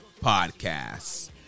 podcasts